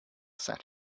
set